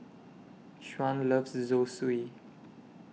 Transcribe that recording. Shaun loves Zosui